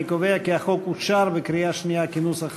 אני קובע כי החוק אושר בקריאה שנייה כנוסח הוועדה.